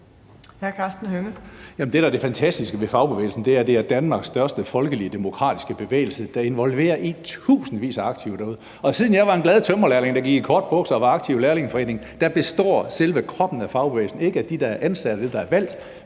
det fantastiske ved fagbevægelsen, er, at det er Danmarks største folkelige demokratiske bevægelse, der involverer i tusindvis af aktive derude. Siden jeg var en glad tømrerlærling, der gik i korte bukser og var aktiv i Lærlingeforeningen, har selve kroppen af fagbevægelsen bestået ikke af dem, der er ansat,